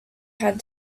had